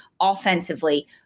Offensively